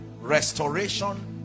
restoration